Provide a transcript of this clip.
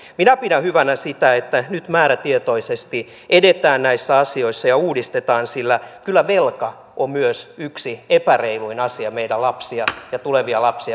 minä pidän hyvänä sitä että nyt määrätietoisesti edetään näissä asioissa ja uudistetaan sillä kyllä velka on myös yksi epäreiluin asia meidän lapsia ja tulevia lapsia kohtaan